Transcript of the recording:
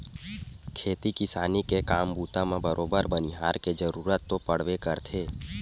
खेती किसानी के काम बूता म बरोबर बनिहार के जरुरत तो पड़बे करथे